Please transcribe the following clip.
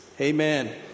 Amen